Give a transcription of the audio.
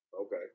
Okay